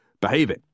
behaving